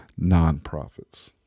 nonprofits